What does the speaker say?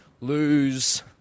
lose